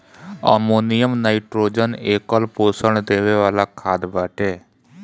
ammonium nitrogen एकल पोषण देवे वाला खाद बाटे